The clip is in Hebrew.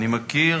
אני מכיר.